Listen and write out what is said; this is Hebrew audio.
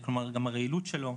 כלומר גם הרעילות שלו,